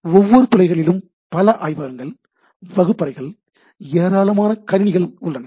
ஒவ்வொரு துறைகளிலும் பல ஆய்வகங்கள் வகுப்பறைகள் ஏராளமான கணினிகளும் உள்ளன